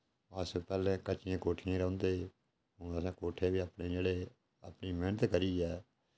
अस पैह्लें कच्चियें कोठियें रौंह्दे हे हून असें कोठे बी अपने जेह्ड़े अपनी मैह्नत करियै